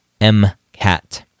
MCAT